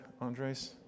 Andres